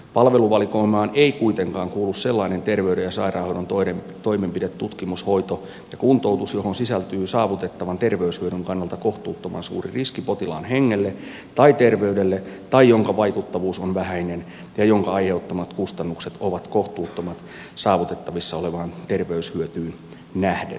palveluvalikoimaan ei kuitenkaan kuulu sellainen terveyden ja sairaanhoidon toimenpide tutkimus hoito ja kuntoutus johon sisältyy saavutettavan terveyshyödyn kannalta kohtuuttoman suuri riski potilaan hengelle tai terveydelle tai jonka vaikuttavuus on vähäinen ja jonka aiheuttamat kustannukset ovat kohtuuttomat saavutettavissa olevaan terveyshyötyyn nähden